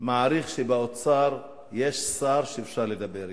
מעריך שבאוצר יש שר שאפשר לדבר אתו.